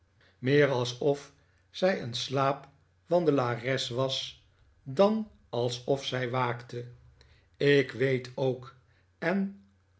mer alsof zij een slaapwandelares was dan alsof zij waakte ik weet ook en